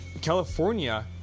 California